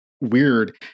weird